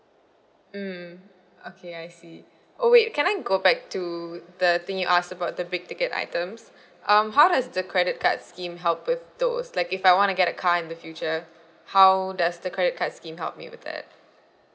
mm okay I see oh wait can I go back to the thing you ask about the big ticket items um how does the credit card scheme help with those like if I wanna get a car in the future how does the credit card scheme help me with that